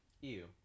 Ew